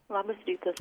labas rytas